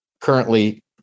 currently